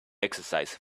exercise